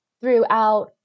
Throughout